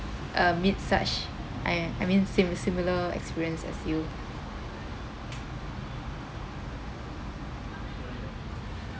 uh meet such I I mean sim~ similar experience as you